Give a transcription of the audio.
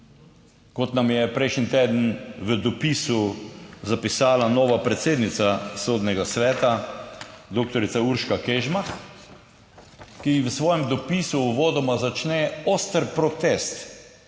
kot nam je prejšnji teden v dopisu zapisala nova predsednica Sodnega sveta doktorica Urška Kežmah, ki v svojem dopisu uvodoma začne oster protest